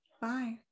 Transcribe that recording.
bye